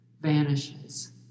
vanishes